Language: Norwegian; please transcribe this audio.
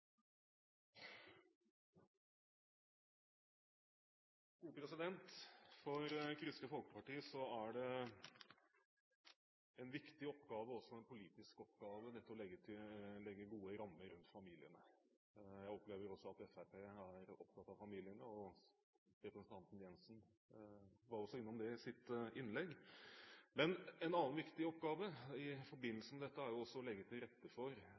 gode rammer rundt familiene. Jeg opplever at også Fremskrittspartiet er opptatt av familiene – representanten Jensen var også innom det i sitt innlegg. Men en annen viktig oppgave i forbindelse med dette er jo også å legge til rette for